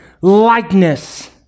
likeness